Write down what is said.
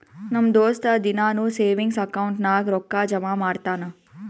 ನಮ್ ದೋಸ್ತ ದಿನಾನೂ ಸೇವಿಂಗ್ಸ್ ಅಕೌಂಟ್ ನಾಗ್ ರೊಕ್ಕಾ ಜಮಾ ಮಾಡ್ತಾನ